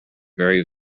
very